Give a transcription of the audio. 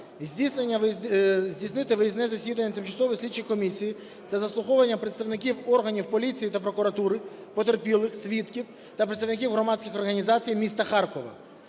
Здійснити виїзне засідання тимчасової слідчої комісії та заслуховування представників органів поліції та прокуратури, потерпілих, свідків та представників громадських організацій міста Харкова.